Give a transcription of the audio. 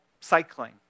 cycling